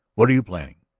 what are you planning?